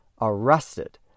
arrested